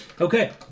Okay